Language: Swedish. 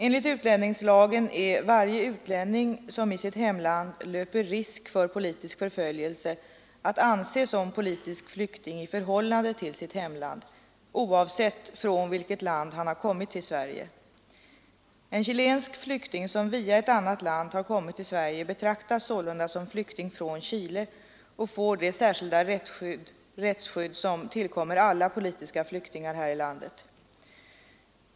Enligt utlänningslagen är varje utlänning som i sitt hemland löper risk för politisk förföljelse att anse som politisk flykting i förhållande till sitt hemland, oavsett från vilket land han nu har kommit till Sverige. En chilensk flykting som via ett annat land har kommit till Sverige betraktas sålunda som flykting från Chile och får det särkilda rättsskydd som tillkommer alla politiska flyktingar här i landet.